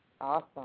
Awesome